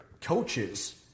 coaches